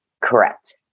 Correct